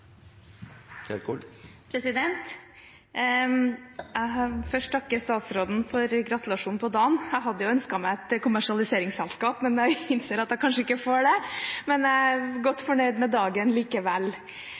Jeg vil først takke statsråden for gratulasjonen på dagen. Jeg hadde jo ønsket meg et kommersialiseringsselskap, men jeg innser at jeg kanskje ikke får det. Men jeg er godt